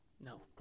No